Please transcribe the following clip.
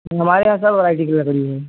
नहीं हमारे यहाँ सब वैरायटी की लड़की है